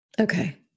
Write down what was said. Okay